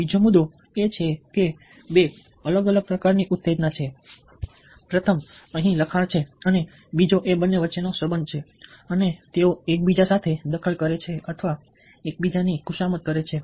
બીજો મુદ્દો એ છે કે બે અલગ અલગ પ્રકારની ઉત્તેજના છે પ્રથમ અહીં લખાણ છે અને બીજો એ બંને વચ્ચેનો સંબંધ છે અને તેઓ એકબીજા સાથે દખલ કરે છે અથવા એકબીજાની ખુશામત કરે છે